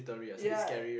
ya